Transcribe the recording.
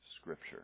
scripture